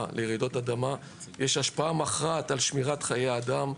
לרעידות אדמה יש השפעה מכרעת על שמירת חיי אדם,